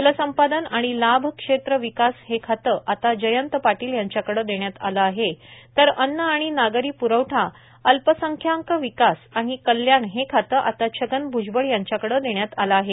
जलसंपादन आणि लाभ क्षेत्र विकास हे खाते आता जयंत पाटील यांच्याकडं देण्यात आले आहे तर अत्र आणि नागपरी पुरवठा अल्पसंख्यांक विकास आणि कल्याण हे खाते आता छगन भुजवळ यांच्याकडं देण्यात आले आहेत